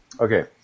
Okay